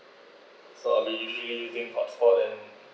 so I really need for more than